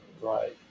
Right